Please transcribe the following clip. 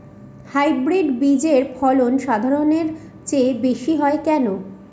Hybrid বীজের ফলন সাধারণের চেয়ে বেশী হয় কেনো?